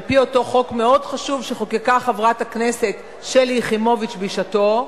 על-פי אותו חוק מאוד חשוב שחוקקה חברת הכנסת שלי יחימוביץ בשעתה,